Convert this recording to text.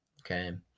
Okay